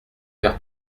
car